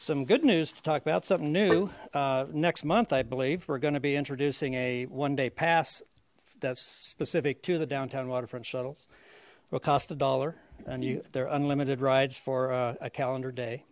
some good news to talk about something new next month i believe we're going to be introducing a one day pass that's specific to the downtown waterfront shuttles will cost a dollar and you there unlimited rides for a calendar day